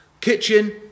Kitchen